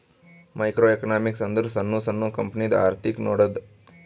micro economics ಅಂದುರ್ ಸಣ್ಣು ಸಣ್ಣು ಕಂಪನಿದು ಅರ್ಥಿಕ್ ನೋಡದ್ದು